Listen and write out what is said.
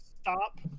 Stop